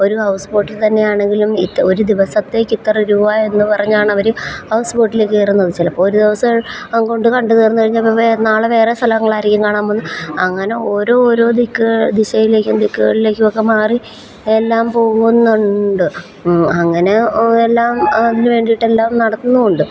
ഒരു ഹൗസ് ബോട്ടിൽത്തന്നെ ആണെങ്കിലും ഇത് ഒരു ദിവസത്തേക്കിത്ര രൂപ എന്ന് പറഞ്ഞാണവർ ഹൗസ് ബോട്ടിലിൽ കയറുന്നത് ചിലപ്പോൾ ഒരു ദിവസം കൊണ്ട് കണ്ടുതീർത്തുകഴിഞ്ഞപ്പം വേറെ നാളെ വേറെ സ്ഥലങ്ങളായിരിക്കും കാണാൻ പോവുന്നത് അങ്ങനെ ഓരോ ഓരോ ദിക്ക് ദിശയിലേക്കും ദിക്കുകളിലേക്കുമൊക്കെ മാറി എല്ലാം പോകുന്നുണ്ട് അങ്ങനെ എല്ലാം അതിന് വേണ്ടീട്ടെല്ലാം നടത്തുന്നുമുണ്ട്